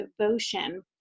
devotion